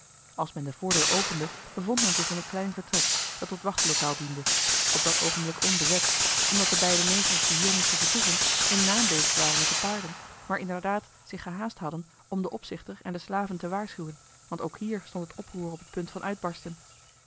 als men de voordeur opende bevond men zich in een klein vertrek dat tot wachtlokaal diende op dat oogenblik onbezet omdat de beide negers die hier moesten vertoeven in naam bezig waren met de paarden maar inderdaad zich gehaast hadden om den opzichter en de slaven te waarschuwen want ook hier stond het oproer op het punt van uitbarsten